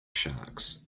sharks